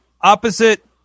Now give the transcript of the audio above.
opposite